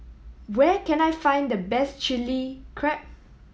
where can I find the best Chili Crab